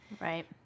right